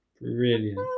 Brilliant